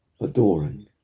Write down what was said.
adoring